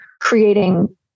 creating